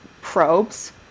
probes